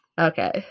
Okay